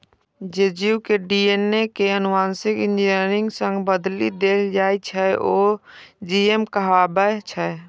जे जीव के डी.एन.ए कें आनुवांशिक इंजीनियरिंग सं बदलि देल जाइ छै, ओ जी.एम कहाबै छै